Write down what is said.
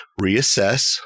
reassess